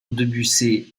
debussy